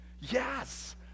yes